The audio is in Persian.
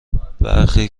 برخی